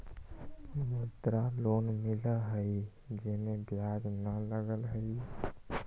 मुद्रा लोन मिलहई जे में ब्याज न लगहई?